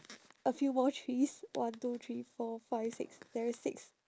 a few more trees one two three four five six there is six